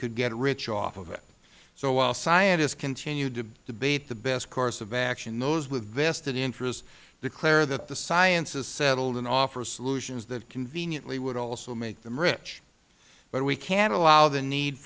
could get rich off of it so while scientists continue to debate the best course of action those with vested interest declare that the science is settled and offer solutions that conveniently would also make them rich but we can't allow the need